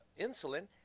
insulin